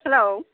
hello